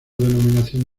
denominación